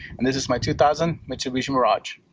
and this is my two thousand mitsubishi mirage.